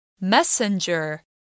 Messenger